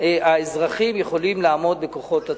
האזרחים יכולים לעמוד בהם בכוחות עצמם.